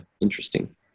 interesting